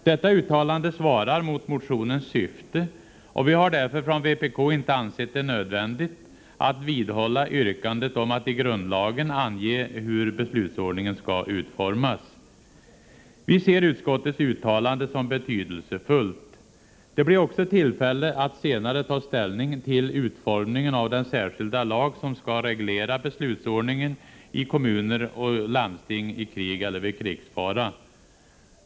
Detta uttalande svarar mot motionens syfte, och vi har därför från vpk inte ansett det nödvändigt att vidhålla yrkandet om att i grundlagen ange hur beslutsordningen skall utformas. Vi ser utskottets uttalande som betydelsefullt. Det blir också tillfälle att senare ta ställning till utformningen av den särskilda lag som skall reglera beslutsordningen i kommuner och landsting i krig eller vid krigsfara.